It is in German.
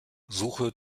suche